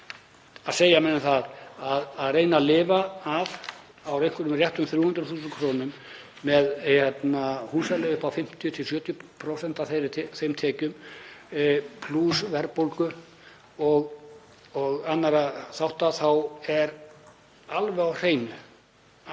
að segja mér að það að reyna að lifa af á einhverjum rétt um 300.000 kr. með húsaleigu upp á 50–70% af þeim tekjum plús verðbólgu og aðra þætti — þá er alveg á hreinu að